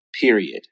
period